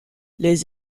les